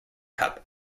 cup